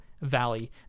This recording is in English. Valley